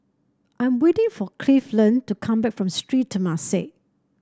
I'm waiting for Cleveland to come back from Sri Temasek